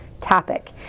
topic